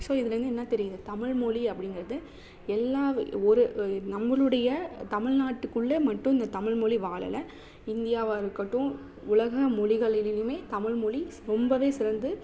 so இதிலேருந்து என்ன தெரியுது தமிழ் மொழி அப்படிங்கிறது எல்லா ஒரு நம்மளுடைய தமிழ் நாட்டுக்குள்ளே மட்டும் இந்த தமிழ் மொழி வாழலை இந்தியவாக இருக்கட்டும் உலக மொழிகளிலியுமே தமிழ் மொழி ரொம்பவே சிறந்து